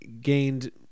gained